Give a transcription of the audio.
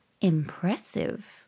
Impressive